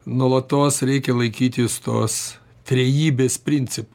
nuolatos reikia laikytis tos trejybės principų